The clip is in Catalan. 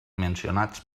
mencionats